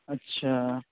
अच्छा